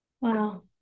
wow